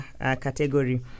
category